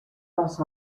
vas